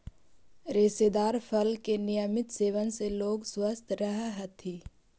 रेशेदार फल के नियमित सेवन से लोग स्वस्थ रहऽ हथी